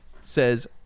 says